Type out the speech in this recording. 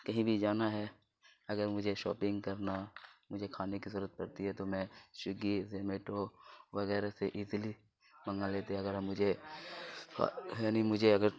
کہیں بھی جانا ہے اگر مجھے شاپنگ کرنا مجھے کھانے کی ضرورت پرتی ہے تو میں سویگی زومیٹو وغیرہ سے ایزیلی منگا لیتے ہیں اگر ہم مجھے یعنی مجھے اگر